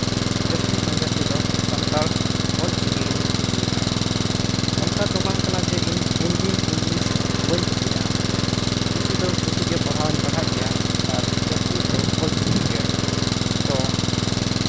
ᱡᱟᱹᱥᱛᱤ ᱠᱷᱚᱱ ᱡᱟᱹᱥᱛᱤ ᱫᱚ ᱥᱟᱱᱛᱟᱲ ᱚᱞ ᱪᱤᱠᱤ ᱜᱤᱧ ᱠᱩᱥᱤᱭᱟᱜᱼᱟ ᱚᱱᱠᱟ ᱫᱚ ᱵᱟᱝ ᱠᱟᱱᱟ ᱡᱮ ᱤᱧ ᱦᱤᱱᱫᱤ ᱤᱝᱞᱤᱥ ᱵᱟᱹᱧ ᱠᱩᱥᱤᱭᱟᱜᱼᱟ ᱠᱩᱥᱤ ᱫᱚ ᱠᱩᱥᱤᱜᱮ ᱯᱟᱲᱦᱟᱣ ᱦᱚᱸᱧ ᱯᱟᱲᱦᱟᱜ ᱜᱮᱭᱟ ᱟᱨ ᱡᱟᱹᱥᱛᱤ ᱫᱚ ᱚᱞ ᱪᱤᱠᱤ ᱜᱮ ᱛᱚ